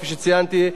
כפי שציינתי,